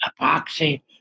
epoxy